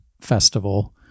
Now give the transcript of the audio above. festival